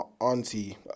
auntie